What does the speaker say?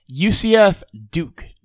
UCF-Duke